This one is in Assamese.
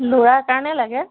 ল'ৰাৰ কাৰণে লাগে